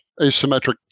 asymmetric